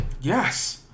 Yes